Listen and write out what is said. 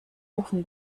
ofen